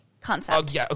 Concept